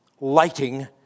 lighting